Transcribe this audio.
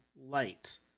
light